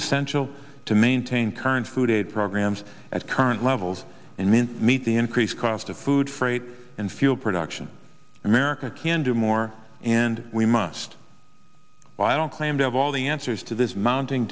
essential to maintain current food aid programs at current levels and means meet the increased cost of food freight and fuel production america can do more and we must while i don't claim to have all the answers to this mounting